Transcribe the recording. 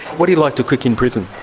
what do you like to cook in prison?